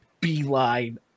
beeline